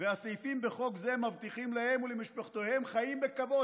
והסעיפים בחוק זה מבטיחים להם ולמשפחותיהם חיים בכבוד.